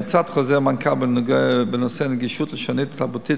הפצת חוזר מנכ"ל בנושא נגישות לשונית ותרבותית